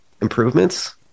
improvements